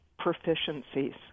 proficiencies